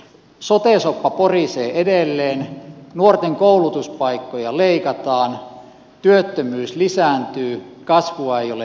sote soppa porisee edelleen nuorten koulutuspaikkoja leikataan työttömyys lisääntyy kasvua ei ole näkyvissä